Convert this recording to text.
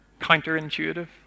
counterintuitive